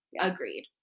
Agreed